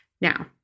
Now